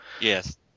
Yes